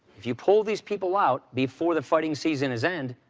if you pull these people out before the fighting season is end,